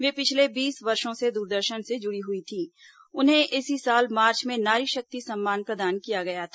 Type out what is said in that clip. वे पिछले बीस वर्षो से द्रदर्शन से जुड़ी हुई थीं और उन्हें इसी साल मार्च में नारी शक्ति सम्मान प्रदान किया गया था